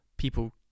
people